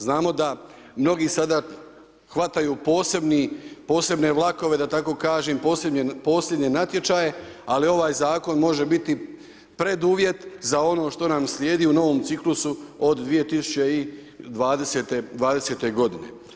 Znamo da mnogi sada hvataju posebne vlakove, da tako kažem, posljednje natječaje, ali ovaj Zakon može biti preduvjet za ono što nam slijedi u novom ciklusu od 2020. godine.